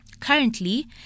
Currently